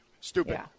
Stupid